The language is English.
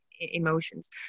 emotions